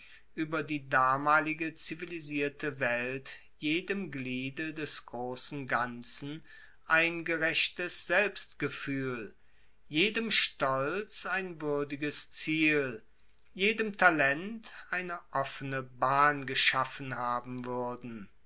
ueber die damalige zivilisierte welt jedem gliede des grossen ganzen ein gerechtes selbstgefuehl jedem stolz ein wuerdiges ziel jedem talent eine offene bahn geschaffen haben wuerden